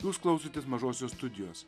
jūs klausotės mažosios studijos